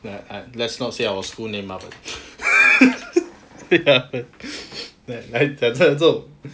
ya let's not say our school name brother ya like 很像这种